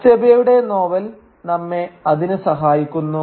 അച്ചബേയുടെ novel നമ്മെ അതിന് സഹായിക്കുന്നു